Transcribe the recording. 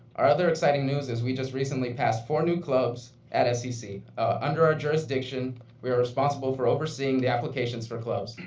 our other exciting news is we just recently passed four new clubs at scc. under our jurisdiction we are responsible for overseeing the applications for clubs.